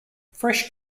fresh